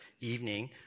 evening